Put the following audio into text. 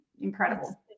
Incredible